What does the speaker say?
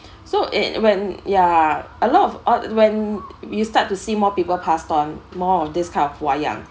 so it when ya a lot of odd when you start to see more people passed on more of this kind of wayang